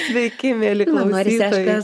sveiki mieli klausytojai